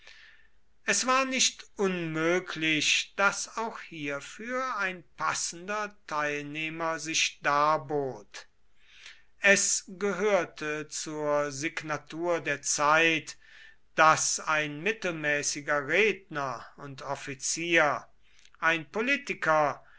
es war nicht unmöglich daß auch hierfür ein passender teilnehmer sich darbot es gehörte zur signatur der zeit daß ein mittelmäßiger redner und offizier ein politiker